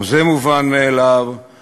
גם זה מובן מאליו;